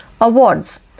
Awards